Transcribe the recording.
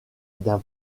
d’un